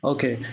Okay